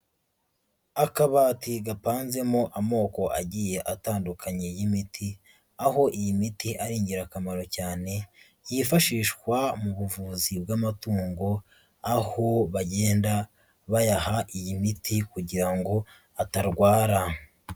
Akabati gapanzemo amoko agiye atandukanye y'imiti, aho iyi miti ari ingirakamaro cyane yifashishwa mu buvuzi bw'amatungo aho bagenda bayaha iyi miti kugira ngo atarwara.